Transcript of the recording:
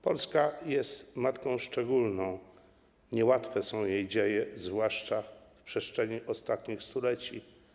Polska jest matką szczególną, niełatwe są jej dzieje, zwłaszcza na przestrzeni ostatnich stuleci.